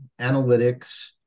analytics